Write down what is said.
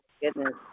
goodness